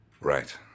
right